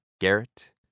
Garrett